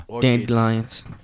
Dandelions